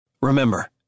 Remember